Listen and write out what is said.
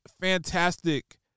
fantastic